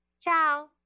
Ciao